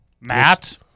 matt